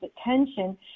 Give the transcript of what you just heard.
attention